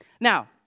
Now